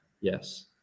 Yes